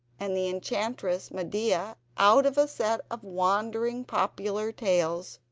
and the enchantress medea, out of a set of wandering popular tales,